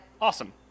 Awesome